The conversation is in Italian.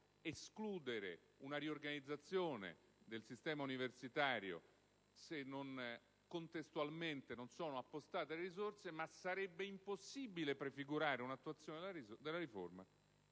escludere una riorganizzazione del sistema universitario se contestualmente non sono appostate le risorse. Ma in ogni caso sarebbe impossibile prefigurare l'attuazione della riforma